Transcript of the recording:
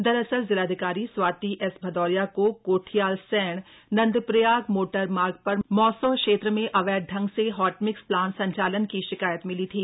दरअसल जिलाधिकारी स्वाति एस भदौरिया को कोठियालसैंण नंदप्रयाग मोटरमार्ग पर मौसों क्षेत्र में अवैध ढंग से हॉटमिक्स प्लांट संचालन की शिकायत मिली थी